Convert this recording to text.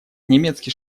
немецкий